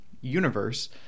universe